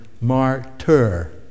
martyr